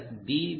சிலர் டி